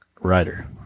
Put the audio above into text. writer